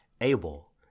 able